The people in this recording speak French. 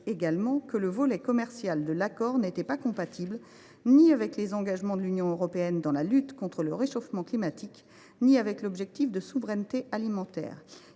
considéré que le volet commercial de l’accord n’était compatible ni avec les engagements de l’Union européenne dans la lutte contre le réchauffement climatique ni avec l’objectif de souveraineté alimentaire.